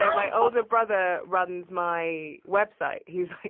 um my older brother runs my website. he's,